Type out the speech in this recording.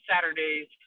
Saturdays